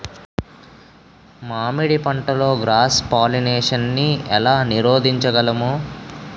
మామిడి పంటలో cross pollination నీ ఏల నీరోధించగలము?